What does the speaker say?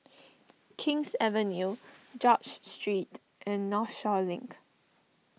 King's Avenue George Street and Northshore Link